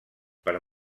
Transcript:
per